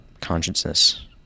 consciousness